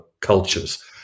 cultures